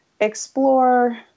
explore